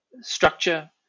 structure